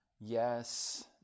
Yes